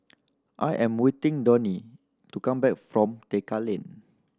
I am waiting Donie to come back from Tekka Lane